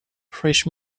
fresh